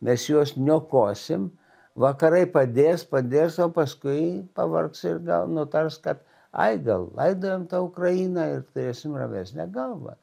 mes juos niokosim vakarai padės padės o paskui pavargs ir gal nutars kad ai gal laidojam tą ukrainą ir turėsim ramesnę galvą